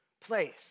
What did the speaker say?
place